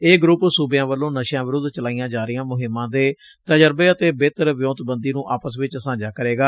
ਇਹ ਗਰੁੱਪ ਸੂਬਿਆਂ ਵੱਲੋਂ ਨਸ਼ਿਆਂ ਵਿਰੁੱਧ ਚਲਾਈਆਂ ਜਾ ਰਹੀਆਂ ਮੁਹਿੰਮਾਂ ਦੇ ਤਜਰਬੇ ਅਤੇ ਬਿਹਤਰ ਵਿਉਂਤਬੰਦੀ ਨੂੰ ਆਪਸ ਵਿੱਚ ਸਾਂਝਾ ਕਰੇਗਾ